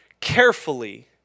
carefully